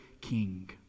king